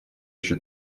еще